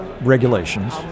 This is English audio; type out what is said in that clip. regulations